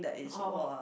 oh oh